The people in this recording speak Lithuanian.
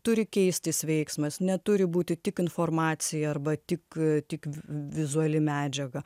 turi keistis veiksmas neturi būti tik informacija arba tik tik vizuali medžiaga